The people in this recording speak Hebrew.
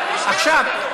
(אומרת בערבית: לא מוצא חן.) ריבון אתה לא.